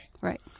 Right